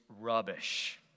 rubbish